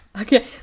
Okay